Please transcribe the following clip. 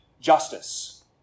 justice